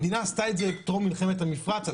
המדינה עשתה את זה טרום מלחמת המפרץ על